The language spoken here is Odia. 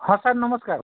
ହଁ ସାର୍ ନମସ୍କାର